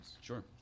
Sure